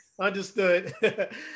Understood